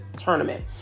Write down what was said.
tournament